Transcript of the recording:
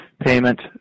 payment